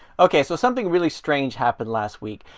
okay, so something really strange happened last week.